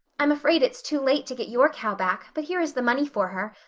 i'm afraid it's too late to get your cow back, but here is the money for her.